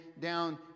down